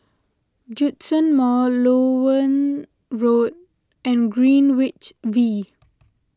Djitsun Mall Loewen Road and Greenwich V